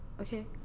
Okay